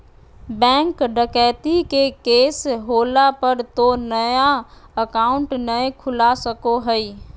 bank डकैती के case होला पर तो नया अकाउंट नय खुला सको हइ